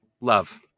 love